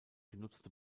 genutzte